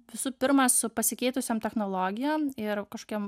visų pirma su pasikeitusiom technologijom ir kažkokiem